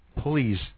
please